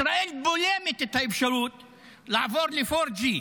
ישראל בולמת את האפשרות לעבור ל-G4.